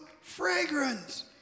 fragrance